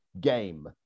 game